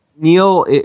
Neil